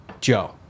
Joe